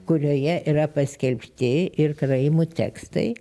kurioje yra paskelbti ir karaimų tekstai